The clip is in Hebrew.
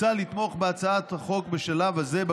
מוצע לתמוך בהצעת החוק בשלב הזה,